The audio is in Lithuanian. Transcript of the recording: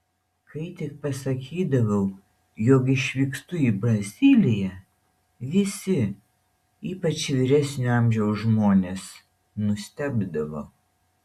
kai tik pasakydavau jog išvykstu į braziliją visi ypač vyresnio amžiaus žmonės nustebdavo